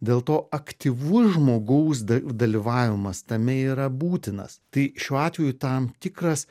dėl to aktyvus žmogaus da dalyvavimas tame yra būtinas tai šiuo atveju tam tikras